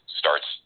starts